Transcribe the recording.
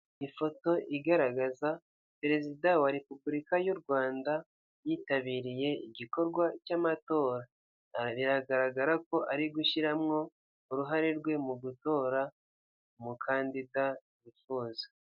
Ifoto igaragaza perezida wa repubulika y'u rwanda yitabiriye igikorwa cy'amatora aha biragaragara ko ari gushyiramwo uruhare rwe mu gutora umukandida wifuza.